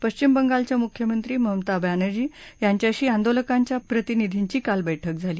पश्विम बंगालच्या मुख्यमंत्री ममता बॅनर्जी यांच्याशी आंदोलकांच्या प्रतिनिधींची काल बैठक झाली